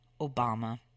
Obama